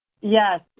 Yes